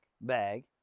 bag